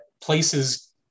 places